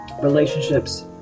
relationships